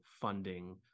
funding